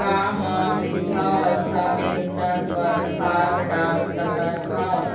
का म वृद्धावस्था पेंशन पर फार्म डाल सकत हंव?